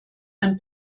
ein